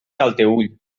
talteüll